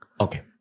Okay